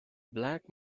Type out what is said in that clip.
black